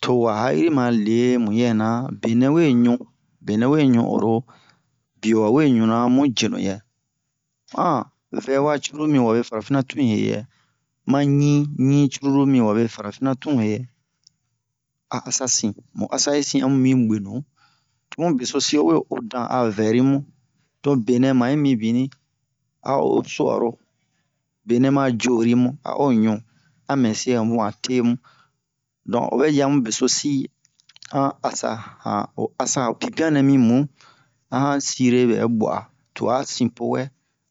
towa ha'iri male muyɛna benɛ we ɲu benɛ we ɲu oro biyo wawe ɲuna mu jenu yɛ vɛwa curulu mi wabe farafinna tu'in heyɛ ma ɲin ɲin curulu mi wabe farafinna tu heyɛ a asa sin mu asa yi sin amu mi bwe nu tomu besosi o we dan a vɛri mu to benɛ ma yi mibinni a o o su'aro benɛ ma jori mu a o ɲu a mɛ se homu a the mu donk o vɛ ji amu besosi a han asa han ho asa ho pinpiyan nɛ mimu a han sire bɛ bwa'a tuwa sin powɛ